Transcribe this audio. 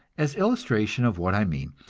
as illustration of what i mean,